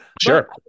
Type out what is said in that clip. sure